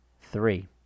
three